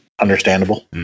Understandable